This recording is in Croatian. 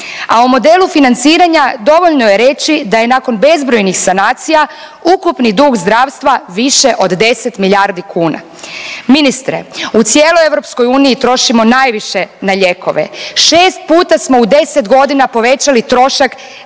A o modelu financiranja dovoljno je reći da je nakon bezbrojnih sanacija ukupni dug zdravstva više od 10 milijardi kuna. Ministre, u cijeloj EU trošimo najviše na lijekove, 6 puta smo u 10.g. povećali trošak